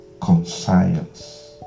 conscience